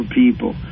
people